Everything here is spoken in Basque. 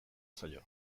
zaio